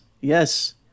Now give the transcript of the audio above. yes